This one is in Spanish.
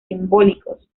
simbólicos